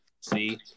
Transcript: See